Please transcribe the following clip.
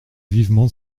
vivement